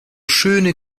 schöne